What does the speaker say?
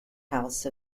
house